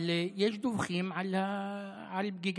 אבל יש דיווחים על פגיעה,